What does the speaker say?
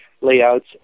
layouts